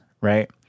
right